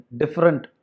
different